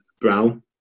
Brown